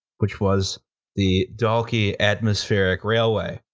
which was the dalkey atmospheric railway.